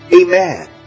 amen